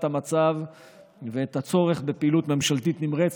המצב ואת הצורך בפעילות ממשלתית נמרצת,